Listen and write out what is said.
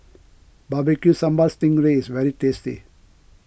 Barbecue Sambal Sting Ray is very tasty